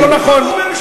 מאוד משעשע, אך לא נכון.